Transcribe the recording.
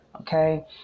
Okay